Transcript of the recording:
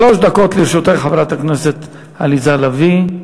שלוש דקות לרשותך, חברת הכנסת עליזה לביא.